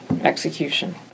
execution